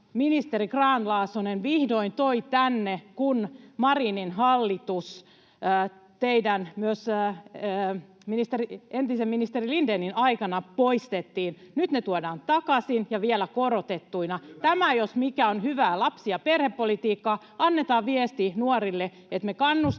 ministeri Grahn-Laasonen vihdoin toi tänne, kun Marinin hallituksen, myös entisen ministeri Lindénin, aikana ne poistettiin. Nyt ne tuodaan takaisin ja vielä korotettuina. [Ben Zyskowicz: Hyvä!] Tämä jos mikä on hyvää lapsi- ja perhepolitiikkaa. Annetaan viesti nuorille, että me kannustetaan